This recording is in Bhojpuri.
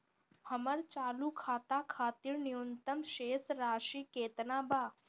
हमर चालू खाता खातिर न्यूनतम शेष राशि केतना बा?